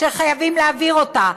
שחייבים להעביר אותה,